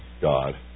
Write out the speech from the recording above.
God